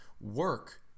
work